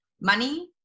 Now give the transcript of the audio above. money